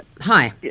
Hi